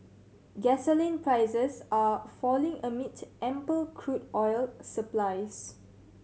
gasoline prices are falling amid ample crude oil supplies